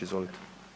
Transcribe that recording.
Izvolite.